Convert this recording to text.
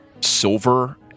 silver